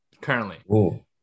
currently